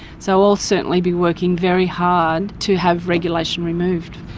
so i'll certainly be working very hard to have regulation removed.